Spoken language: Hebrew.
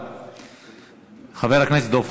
מאשר לשלוח לחוץ-לארץ ללמוד,